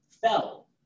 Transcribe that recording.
fell